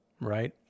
right